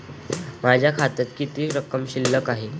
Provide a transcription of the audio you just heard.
माझ्या खात्यात किती रक्कम शिल्लक आहे?